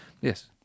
Yes